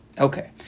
Okay